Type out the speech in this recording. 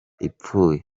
ipfuye